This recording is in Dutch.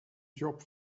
job